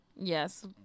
yes